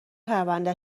پرونده